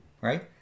right